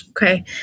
Okay